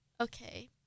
Okay